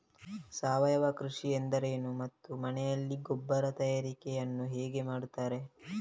ಸಾವಯವ ಕೃಷಿ ಎಂದರೇನು ಮತ್ತು ಮನೆಯಲ್ಲಿ ಗೊಬ್ಬರ ತಯಾರಿಕೆ ಯನ್ನು ಹೇಗೆ ಮಾಡುತ್ತಾರೆ?